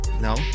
No